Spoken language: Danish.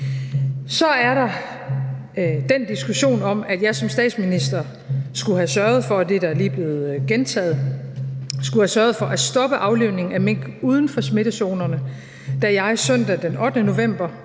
Så er der den diskussion om, at jeg som statsminister skulle have sørget for – det er det, der lige er blevet gentaget – at stoppe aflivningen af mink uden for smittezonerne, da jeg søndag den 8. november